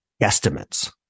estimates